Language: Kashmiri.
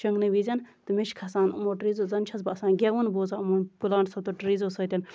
شونگنہٕ وِزِ تہٕ مےٚ چھُ کھسان یِمَو ٹریٖزو زَن چھَس بہٕ آسان گٮ۪وُن بوزان یِمَو پٔلانٹسَو تہٕ ٹریٖزو سۭتۍ